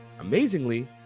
Amazingly